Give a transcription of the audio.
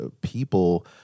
people